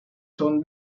son